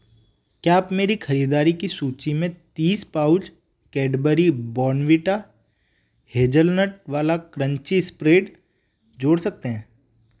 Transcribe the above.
क्या आप मेरी ख़रीदारी की सूची में तीस पाउच कैडबरी बॉर्नवीटा हेजलनट वाला क्रंची स्प्रेड जोड़ सकते हैं